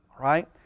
Right